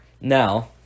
Now